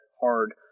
hard